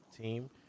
team